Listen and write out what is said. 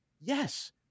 yes